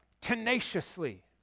tenaciously